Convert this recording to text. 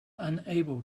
unable